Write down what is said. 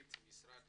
מנכ"לית משרד